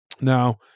Now